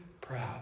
proud